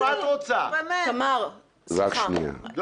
הוא לא יכול להשעות --- ישי הדס,